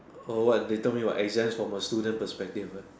or what they told me what exams from a student perspective lah